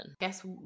guess